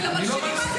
כי למלשינים אל